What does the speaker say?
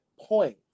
points